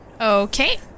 Okay